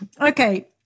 Okay